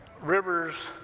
rivers